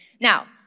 Now